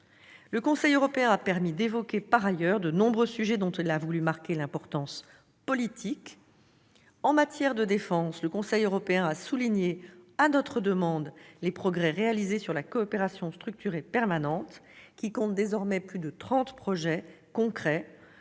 Le Conseil européen a permis d'évoquer, en outre, de nombreux sujets dont il a voulu marquer l'importance politique. En matière de défense, il a souligné, à notre demande, les progrès réalisés pour ce qui concerne la coopération structurée permanente, qui compte désormais plus de trente projets concrets,